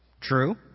True